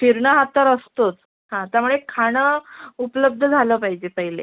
फिरणं हा तर असतोच हां त्यामुळे खाणं उपलब्ध झालं पाहिजे पहिले